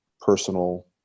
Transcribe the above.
personal